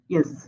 Yes